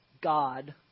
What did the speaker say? God